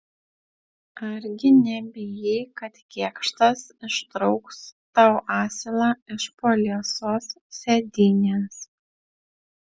argi nebijai kad kėkštas ištrauks tau asilą iš po liesos sėdynės